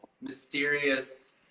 mysterious